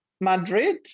Madrid